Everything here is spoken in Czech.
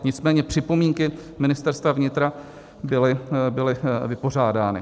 Nicméně připomínky Ministerstva vnitra byly vypořádány.